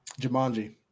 Jumanji